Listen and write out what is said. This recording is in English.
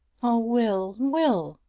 oh, will, will!